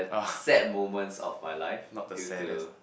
sad moments of my life due to